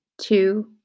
two